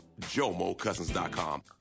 JomoCousins.com